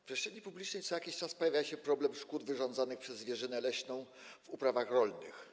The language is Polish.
W przestrzeni publicznej co jakiś czas pojawia się problem szkód wyrządzanych przez zwierzynę leśną w uprawach rolnych.